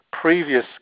previous